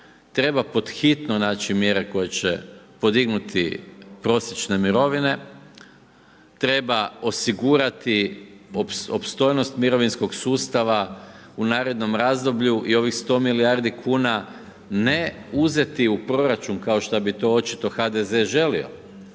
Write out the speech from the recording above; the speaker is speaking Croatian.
Treba pod hitno naći mjere koje će podignuti prosječne mirovine, treba osigurati opstojnost mirovinskog sustava u narednom razdoblju i ovih 100 milijardi kuna ne uzeti u proračun kao šta bi to očito HDZ želio,